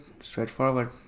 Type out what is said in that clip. straightforward